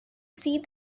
see